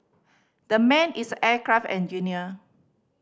the man is aircraft engineer